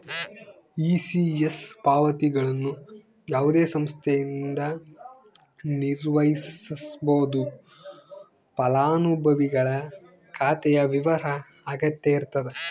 ECS ಪಾವತಿಗಳನ್ನು ಯಾವುದೇ ಸಂಸ್ಥೆಯಿಂದ ನಿರ್ವಹಿಸ್ಬೋದು ಫಲಾನುಭವಿಗಳ ಖಾತೆಯ ವಿವರ ಅಗತ್ಯ ಇರತದ